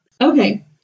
okay